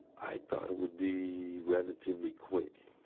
i thought it would be relatively quick.